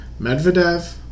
Medvedev